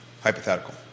hypothetical